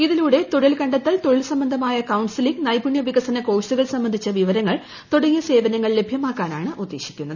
ഇതിലൂടെ തൊഴിൽ കണ്ടെത്തൽ തൊഴിൽ സംബന്ധമായ കൌൺസിലിംഗ് നൈപുണ്യ വികസന കോഴ്സുകൾ സംബന്ധിച്ച വിവരങ്ങൾ തുടങ്ങിയ സേവനങ്ങൾ ലഭൃമാക്കാനാണ് ഉദ്ദേശിക്കുന്നത്